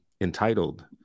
entitled